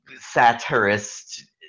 satirist